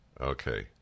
Okay